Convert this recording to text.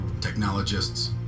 technologists